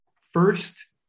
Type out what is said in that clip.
first